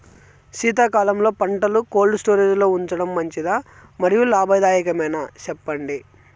శీతాకాలంలో పంటలు cold storage లో ఉంచడం మంచిదా? మరియు లాభదాయకమేనా, సెప్పండి